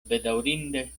bedaŭrinde